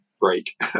break